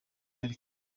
pariki